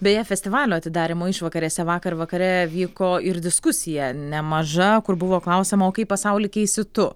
beje festivalio atidarymo išvakarėse vakar vakare vyko ir diskusija nemaža kur buvo klausiama o kaip pasaulį keisi tu